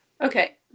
okay